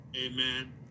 amen